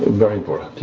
very important,